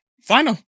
final